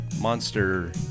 Monster